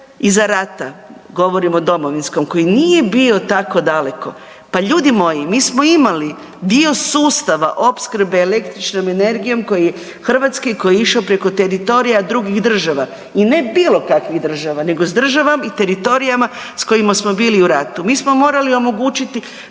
iza rata, govorim o domovinskom, koji nije bio tako daleko, pa ljudi moji, mi smo imali dio sustava opskrbe električnom energijom Hrvatske koji je išao preko teritorija drugih država i ne bilo kakvih država nego s državama i teritorijama s kojima smo bili u ratu. Mi smo morali omogućiti